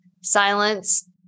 silence